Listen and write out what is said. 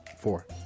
Four